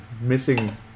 missing